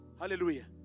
Hallelujah